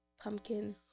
pumpkin